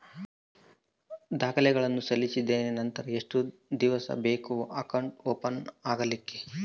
ದಾಖಲೆಗಳನ್ನು ಸಲ್ಲಿಸಿದ್ದೇನೆ ನಂತರ ಎಷ್ಟು ದಿವಸ ಬೇಕು ಅಕೌಂಟ್ ಓಪನ್ ಆಗಲಿಕ್ಕೆ?